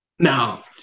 Now